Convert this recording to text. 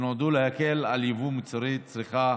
שנועדו להקל על ייבוא מוצרי צריכה,